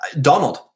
Donald